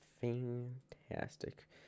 fantastic